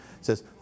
says